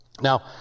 Now